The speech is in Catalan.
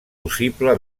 possible